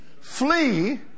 flee